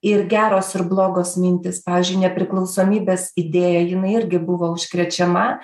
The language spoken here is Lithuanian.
ir geros ir blogos mintys pavyzdžiui nepriklausomybės idėja jinai irgi buvo užkrečiama